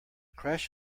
crash